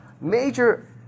major